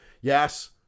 yes